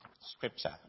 scripture